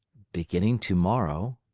beginning tomorrow,